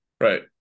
Right